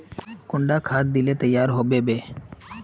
कुंडा खाद दिले तैयार होबे बे?